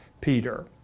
Peter